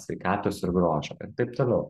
sveikatos ir grožio ir taip toliau